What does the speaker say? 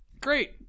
Great